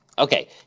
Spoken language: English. Okay